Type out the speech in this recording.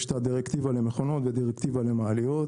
יש את הדירקטיבה למכונות ודירקטיבה למעליות,